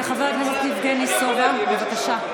חבר הכנסת יבגני סובה, בבקשה.